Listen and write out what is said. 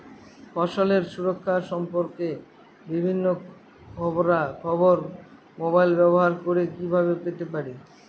ফসলের সুরক্ষা সম্পর্কে বিভিন্ন খবরা খবর মোবাইল ব্যবহার করে কিভাবে পেতে পারি?